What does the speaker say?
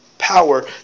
power